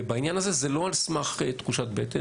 ובעניין הזה זה לא על סמך תחושת בטן,